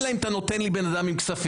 אלא אם אתה נותן לי בן אדם בכספים.